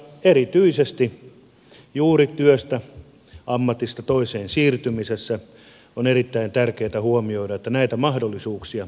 erityisesti juuri työstä ammatista toiseen siirtymisessä on erittäin tärkeätä huomioida että näitä mahdollisuuksia ei leikata